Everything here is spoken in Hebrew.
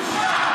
בושה,